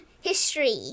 History